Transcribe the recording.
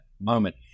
moment